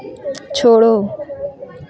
छोड़ो